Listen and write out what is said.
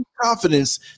confidence